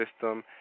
system